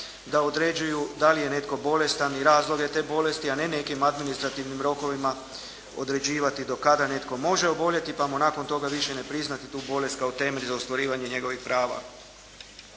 da određuju da li je netko bolestan i razloge te bolesti a ne nekim administrativnim rokovima određivati do kada netko može oboljeti pa mu nakon toga više ne priznati tu bolest kao temelj za ostvarivanje njegovih prava.